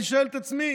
אני שואל את עצמי